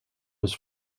was